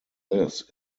this